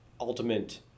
ultimate